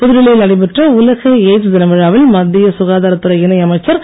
புதுடில்லியில் நடைபெற்ற உலக எய்ட்ஸ் தின விழாவில் மத்திய சுகாதாரத் துறை இணை அமைச்சர் திரு